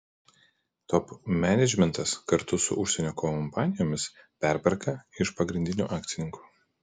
top menedžmentas kartu su užsienio kompanijomis perperka iš pagrindinių akcininkų